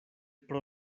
pro